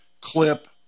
clip